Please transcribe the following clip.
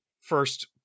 first